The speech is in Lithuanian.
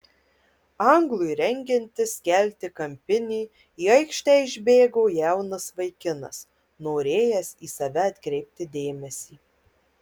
anglui rengiantis kelti kampinį į aikštę išbėgo jaunas vaikinas norėjęs į save atkreipti dėmesį